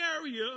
area